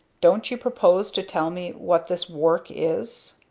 don't you propose to tell me what this work is?